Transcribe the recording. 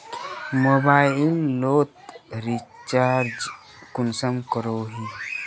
Mobile लोत recharge कुंसम करोही?